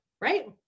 right